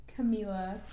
Camila